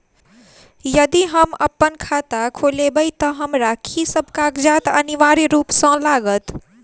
यदि हम अप्पन खाता खोलेबै तऽ हमरा की सब कागजात अनिवार्य रूप सँ लागत?